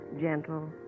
gentle